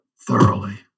thoroughly